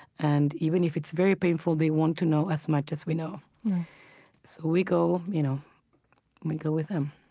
and even if it's very painful, they want to know as much as we know right so we go you know we go with them